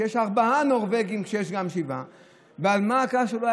על כך שיש ארבעה נורבגים כשיש גם שבעה.